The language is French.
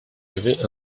avez